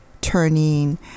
turning